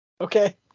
Okay